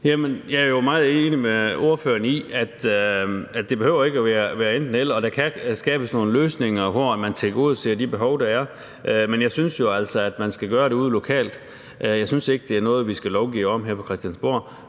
Jeg er jo meget enig med ordføreren i, at det ikke behøver at være enten-eller, og at der kan skabes nogle løsninger, hvor man tilgodeser de behov, der er. Men jeg synes jo altså, at man skal gøre det ude lokalt. Jeg synes ikke, det er noget, vi skal lovgive om her fra Christiansborg.